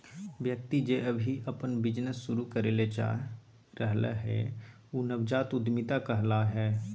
व्यक्ति जे अभी अपन बिजनेस शुरू करे ले चाह रहलय हें उ नवजात उद्यमिता कहला हय